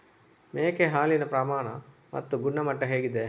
ಮೇಕೆ ಹಾಲಿನ ಪ್ರಮಾಣ ಮತ್ತು ಗುಣಮಟ್ಟ ಹೇಗಿದೆ?